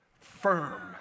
firm